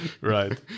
right